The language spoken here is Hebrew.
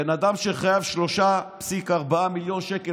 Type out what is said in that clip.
בן אדם שחייב 3.4 מיליון שקל,